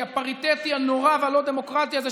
כי הפריטטי הנורא והלא-דמוקרטי הזה,